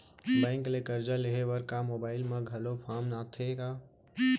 Bank ले करजा लेहे बर का मोबाइल म घलो फार्म आथे का?